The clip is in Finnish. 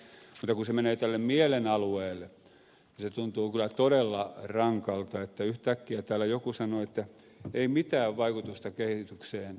mutta kun se menee tälle mielen alueelle niin se tuntuu kyllä todella rankalta että yhtäkkiä täällä joku sanoo että ei mitään vaikutusta kehitykseen ole sillä minkälaiset vanhemmat on